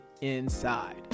inside